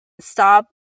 stop